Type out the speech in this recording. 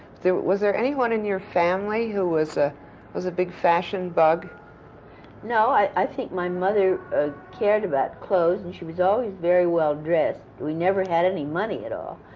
there was there anyone in your family who was ah was a big fashion bug? lambert no, i i think my mother ah cared about clothes, and she was always very well-dressed. we never had any money at all,